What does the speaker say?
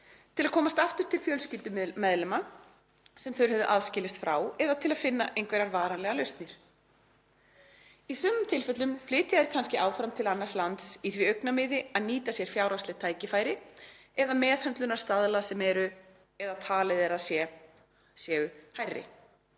til að komast aftur til fjölskyldumeðlima sem þeir höfðu aðskilist frá eða til að finna einhverjar varanlegar lausnir. Í sumum tilfellum flytja þeir kannski áfram til annars lands í því augnamiði að nýta sér fjárhagsleg tækifæri eða meðhöndlunarstaðla sem eru, eða talið er að séu, hærri.